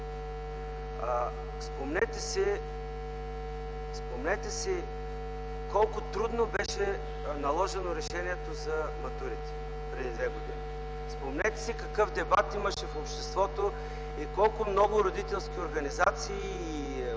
Спомнете си колко трудно беше наложено решението за матурите преди две години. Спомнете си какъв дебат имаше в обществото и колко много родителски и ученически